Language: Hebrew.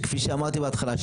כפי שאמרתי בהתחלה,